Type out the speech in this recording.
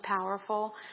powerful